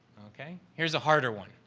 okay. here's harder one.